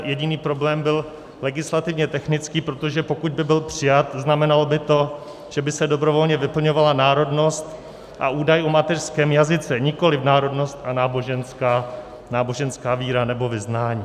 Jediný problém byl legislativně technický, protože pokud by byl přijat, znamenalo by to, že by se dobrovolně vyplňovala národnost a údaj o mateřském jazyce, nikoliv národnost a náboženská víra nebo vyznání.